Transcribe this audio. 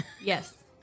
Yes